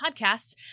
podcast